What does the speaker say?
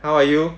how are you